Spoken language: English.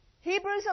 Hebrews